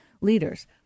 leaders